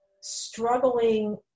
struggling